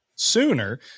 Sooner